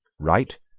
wright,